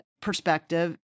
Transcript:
perspective